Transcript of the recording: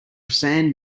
sand